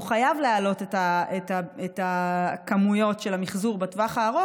חייב להעלות את הכמויות של המחזור בטווח הארוך.